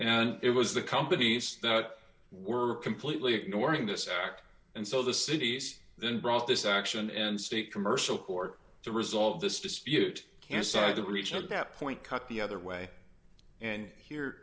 and it was the companies that were completely ignoring this act and so the cities then brought this action and state commercial court to resolve this dispute can decide to breach at that point cut the other way and here